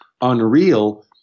unreal